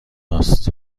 است